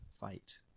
fight